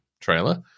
trailer